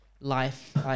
life